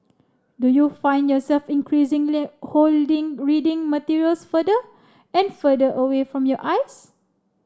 do you find yourself increasingly holding reading materials further and further away from your eyes